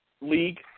league